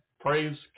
Praise